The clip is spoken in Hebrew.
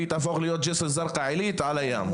והיא תהפוך להיות ג'סר א-זרקה עילית על הים.